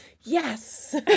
yes